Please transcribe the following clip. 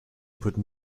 put